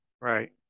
Right